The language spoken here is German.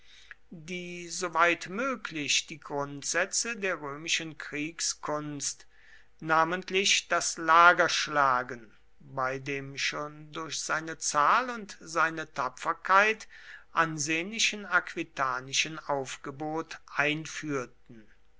die soweit möglich die grundsätze der römischen kriegskunst namentlich das lagerschlagen bei dem schon durch seine zahl und seine tapferkeit ansehnlichen aquitanischen aufgebot einführten